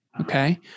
Okay